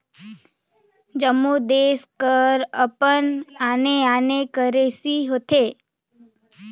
जम्मो देस कर अपन आने आने करेंसी होथे